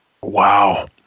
Wow